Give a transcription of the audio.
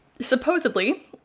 Supposedly